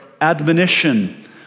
admonition